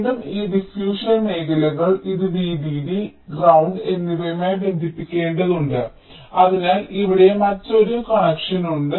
വീണ്ടും ഈ ഡിഫ്യൂഷൻ മേഖലകൾ ഈ VDD ഗ്രൌണ്ട് എന്നിവയുമായി ബന്ധിപ്പിക്കേണ്ടതുണ്ട് അതിനാൽ ഇവിടെ മറ്റൊരു കണക്ഷനുണ്ട്